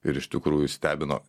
ir iš tikrųjų stebino